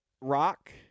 rock